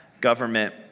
government